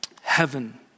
heaven